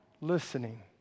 listening